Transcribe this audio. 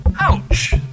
Ouch